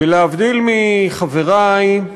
ולהבדיל מחברי,